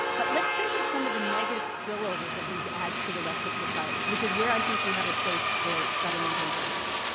but let's think of some of the negative spillovers of these ads to the rest of society, which is where i think we have a place for government intervention.